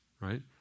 right